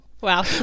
wow